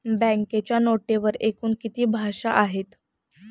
बँकेच्या नोटेवर एकूण किती भाषा आहेत?